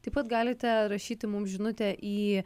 taip pat galite rašyti mums žinutę į